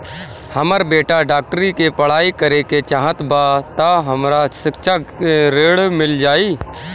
हमर बेटा डाक्टरी के पढ़ाई करेके चाहत बा त हमरा शिक्षा ऋण मिल जाई?